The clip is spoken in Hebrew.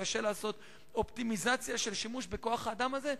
קשה לעשות אופטימיזציה של שימוש בכוח-האדם הזה.